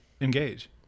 engage